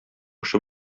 эше